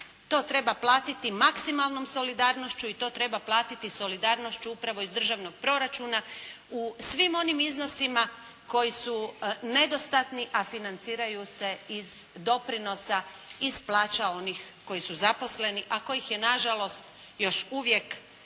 To treba platiti maksimalnom solidarnošću i to treba platiti solidarnošću upravo iz državnog proračuna u svim onim iznosima koji su nedostatni a financiraju se iz doprinosa iz plaća onih koji su zaposleni a kojih je nažalost još uvijek